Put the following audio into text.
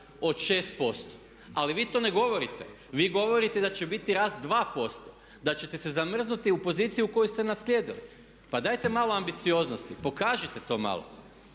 od 6%. Ali vi to ne govorite, vi govorite da će biti rast 2%, da ćete se zamrznuti u poziciju koju ste naslijedili. Pa dajte malo ambicioznosti, pokažite to malo.